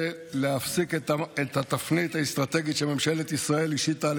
ולהפסיק את התפנית האסטרטגית שממשלת ישראל השיתה על